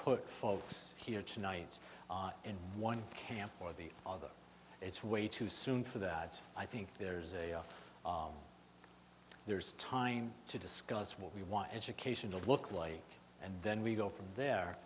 put folks here tonight in one camp or the other it's way too soon for that i think there's a there's time to discuss what we want education to look like and then we go from there